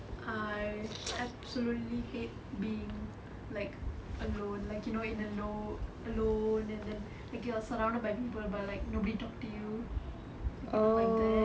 I absolutely hate being like alone like you know in the low alone and then you are surrounded by people but like nobody talk to you you know like that